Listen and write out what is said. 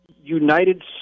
united